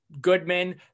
Goodman